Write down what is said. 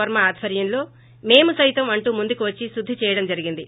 వర్మ ఆధ్వర్యంలో మేము సైతం అంటూ ముందుకువచ్చి శుద్ది చేయడం జరిగింది